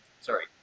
Sorry